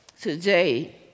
today